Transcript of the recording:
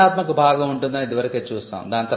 వివరణాత్మక భాగం ఉంటుందని ఇదివరకే చూసాం